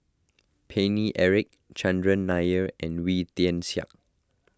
Paine Eric Chandran Nair and Wee Tian Siak